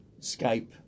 Skype